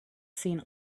seen